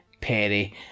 Perry